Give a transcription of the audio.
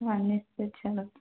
ହଁ ନିଶ୍ଚୟ ଛାଡ଼ନ୍ତୁ